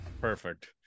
perfect